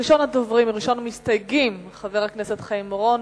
ראשון המסתייגים, חבר הכנסת חיים אורון,